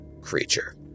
creature